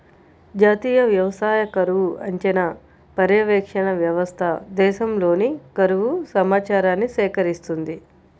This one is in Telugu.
జాతీయ వ్యవసాయ కరువు అంచనా, పర్యవేక్షణ వ్యవస్థ దేశంలోని కరువు సమాచారాన్ని సేకరిస్తుంది